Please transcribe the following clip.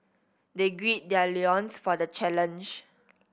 they gird their loins for the challenge